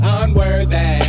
unworthy